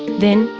then,